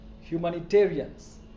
humanitarians